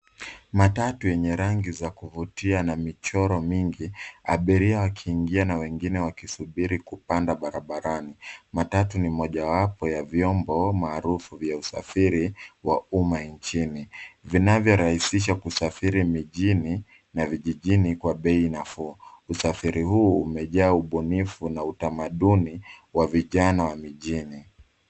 Matatu enye rangi za kuvutia na mchoro mingi. Abiria wakiingia na wengine wakisubiri kupanda barabarani. Matatu ni mojawapo ya vyombo maarufu vya usafiri wa umma njini vinavyo rahishisha kusafirisha mijini na vijijini kwa bei nafu. Usafiri huu umejaa ubinifu na utamaduni wa vijana wa mjini.